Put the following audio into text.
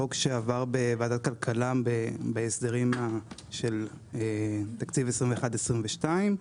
חוק שעבר בוועדת הכלכלה בהסדרים של תקציב 21' 22',